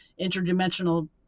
interdimensional